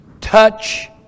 Touch